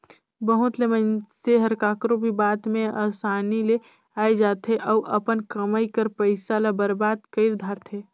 बहुत ले मइनसे हर काकरो भी बात में असानी ले आए जाथे अउ अपन कमई कर पइसा ल बरबाद कइर धारथे